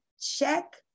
check